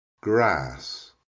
Grass